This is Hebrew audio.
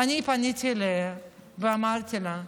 אני פניתי אליה ואמרתי לה,